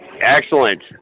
Excellent